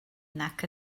nac